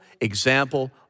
example